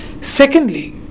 Secondly